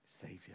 savior